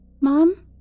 Mom